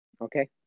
Okay